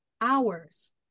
hours